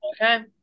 okay